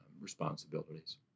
responsibilities